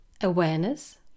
Awareness